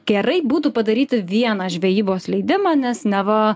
gerai būtų padaryti vieną žvejybos leidimą nes neva